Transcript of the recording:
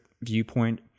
viewpoint